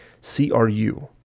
C-R-U